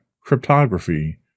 cryptography